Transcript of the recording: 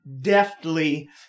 deftly